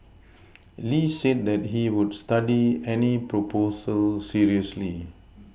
Lee said that he would study any proposal seriously